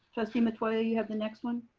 trustee metoyer you have the next one.